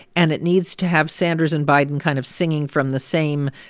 and it needs to have sanders and biden kind of singing from the same